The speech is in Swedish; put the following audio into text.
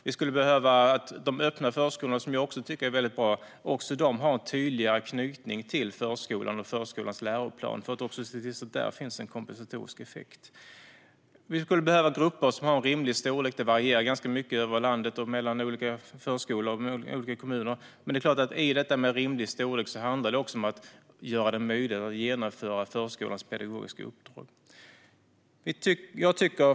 Vi skulle behöva att de öppna förskolorna, som jag också tycker är väldigt bra, har en tydligare anknytning till förskolan och förskolans läroplan för att se till att där också finns en kompensatorisk effekt. Vi skulle behöva grupper av rimlig storlek. Det varierar ganska mycket över landet och mellan olika förskolor och olika kommuner. I detta med rimlig storlek handlar det också om att göra det möjligt att genomföra förskolans pedagogiska uppdrag. Fru talman!